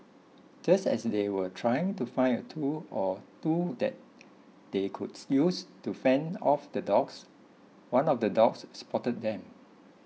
just as they were trying to find a tool or two that they could use to fend off the dogs one of the dogs spotted them